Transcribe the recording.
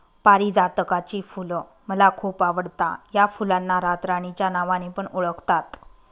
पारीजातकाची फुल मला खूप आवडता या फुलांना रातराणी च्या नावाने पण ओळखतात